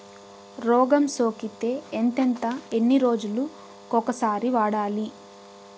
రోగం సోకితే ఎంతెంత ఎన్ని రోజులు కొక సారి వాడాలి?